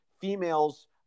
females